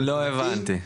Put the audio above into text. לא הבנתי.